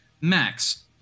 max